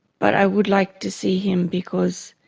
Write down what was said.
but i would like to see him because